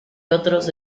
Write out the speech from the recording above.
otros